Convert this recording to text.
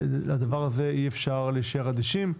לדבר הזה אי אפשר להישאר אדישים.